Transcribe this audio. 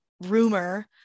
rumor